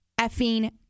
effing